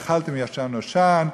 ואכלתם ישן נושן,